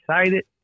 excited